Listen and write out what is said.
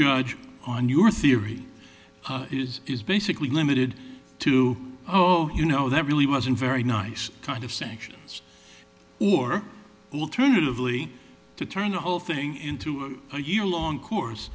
judge on your theory is basically limited to oh you know that really wasn't very nice kind of sanctions or alternatively to turn the whole thing into a year long course